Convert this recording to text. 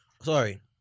sorry